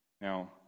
Now